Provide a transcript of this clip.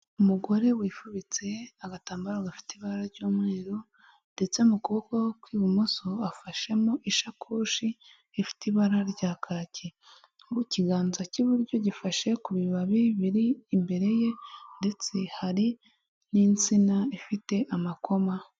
Umugore wifubitse agatambaro gafite ibara ry'umweru, ndetse mu kuboko kw'ibumoso afashemo ishakoshi rifite ibara rya kaki, ku kiganza cy'iburyo gifashe ku bibabi biri imbere ye, ndetse hari n'insina ifite amakoma.